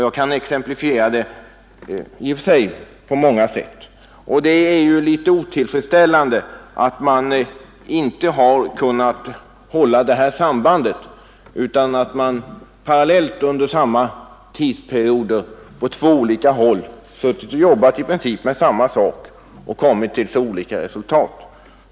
Jag skulle kunna ge många exempel på det. Det är litet otillfredsställande att man inte kunnat hålla något samband utan på två olika håll parallellt har jobbat med i princip samma sak och kommit till så olika resultat.